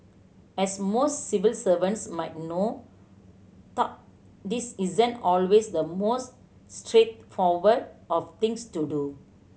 as most civil servants might know this isn't always the most straightforward of things to do